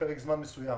פרק זמן מסוים